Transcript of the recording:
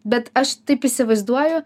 bet aš taip įsivaizduoju